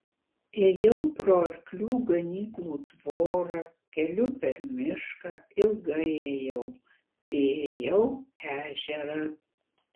ėjau pro arklių ganyklų tvorą keliu per mišką ilgai ėjau priėjau ežerą